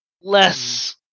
less